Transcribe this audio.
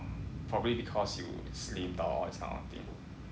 probably because you slim down all this kind of thing